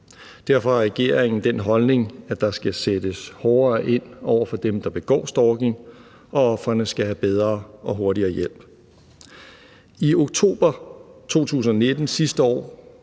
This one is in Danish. Derfor er regeringen af den holdning, at der skal sættes hårdere ind over for dem, der begår stalking, og ofrene skal have bedre og hurtigere hjælp. I oktober 2019, sidste år,